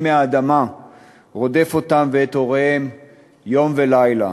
מהאדמה רודף אותם ואת הוריהם יום ולילה.